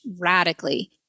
radically